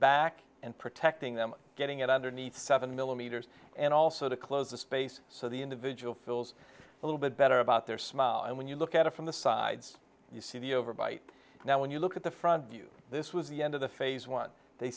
back and protecting them getting it underneath seven millimeters and also to close the space so the individual feels a little bit better about their smile and when you look at it from the sides you see the overbite now when you look at the front view this was the end of the phase one they